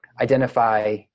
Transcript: identify